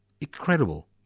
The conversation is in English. Incredible